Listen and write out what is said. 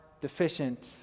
deficient